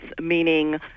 meaning